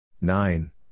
nine